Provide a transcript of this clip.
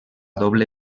doble